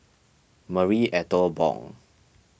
Marie Ethel Bong